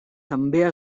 també